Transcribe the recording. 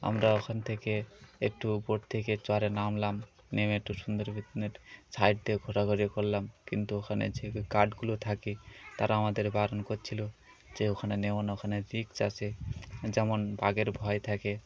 আমরা ওখান থেকে একটু বোট থেকে চরে নামলাম নেমে একটু সুন্দর বিত্নের সাইড দিয়ে ঘোরাঘুরি করলাম কিন্তু ওখানে যে গার্ডগুলো থাকে তারা আমাদের বারণ করছিলো যে ওখানে নেমন ওখানে রিক্স আাসে যেমন বাগের ভয় থাকে